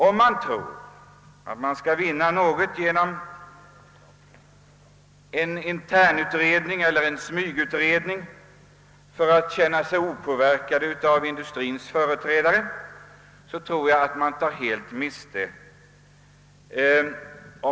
Om man menar att man får en riktigare bedömning genom en internutredning eller smygutredning för att på så sätt känna sig opåverkad av industriens företrädare, tror jag att man tar helt miste.